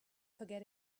forget